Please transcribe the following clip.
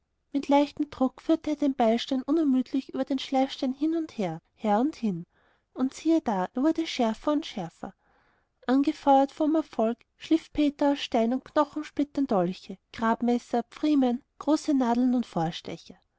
mit leichtem druck führte er den beilstein unermüdlich über den schleifstein hin und her her und hin und siehe da er wurde schärfer und schärfer angefeuert vom erfolg schliff peter aus stein und knochensplittern dolche grabmesser pfriemen grobe nadeln und